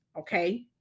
Okay